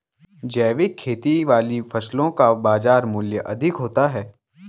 जैविक खेती वाली फसलों का बाजार मूल्य अधिक होता है